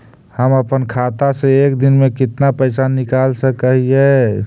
हम अपन खाता से एक दिन में कितना पैसा निकाल सक हिय?